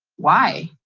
why,